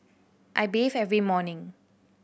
I bathe every morning